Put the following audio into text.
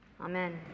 Amen